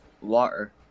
Water